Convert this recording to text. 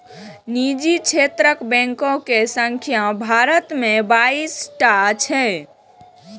निजी क्षेत्रक बैंक के संख्या भारत मे बाइस टा छै